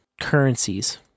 currencies